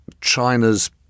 China's